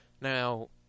Now